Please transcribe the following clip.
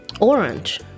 Orange